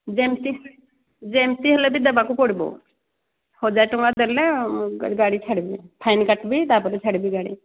ଯେମତି ଯେମିତି ହେଲେ ବି ଦେବାକୁ ପଡ଼ିବ ହଜାର ଟଙ୍କା ଦେଲେ ଗାଡ଼ି ଛାଡ଼ିବି ଫାଇନ୍ କାଟିବି ତାପରେ ଛାଡ଼ିବି ଗାଡ଼ି